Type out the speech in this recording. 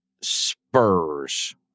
Spurs